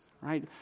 right